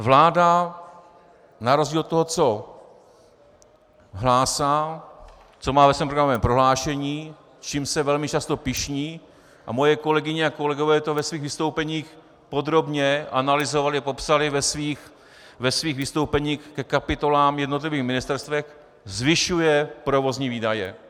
Vláda na rozdíl od toho, co hlásá, co má ve svém programovém prohlášení, s čím se velmi často pyšní, a moje kolegyně a kolegové to ve svých vystoupeních podrobně analyzovali a popsali ve svých vystoupeních ke kapitolám v jednotlivých ministerstvech, zvyšuje provozní výdaje.